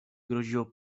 groziło